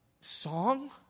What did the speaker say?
song